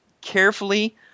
carefully